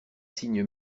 signe